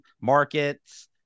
markets